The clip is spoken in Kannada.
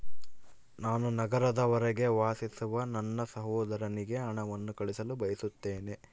ನಾನು ನಗರದ ಹೊರಗೆ ವಾಸಿಸುವ ನನ್ನ ಸಹೋದರನಿಗೆ ಹಣವನ್ನು ಕಳುಹಿಸಲು ಬಯಸುತ್ತೇನೆ